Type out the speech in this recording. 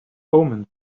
omens